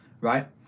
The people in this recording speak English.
right